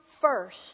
first